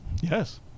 Yes